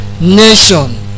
nation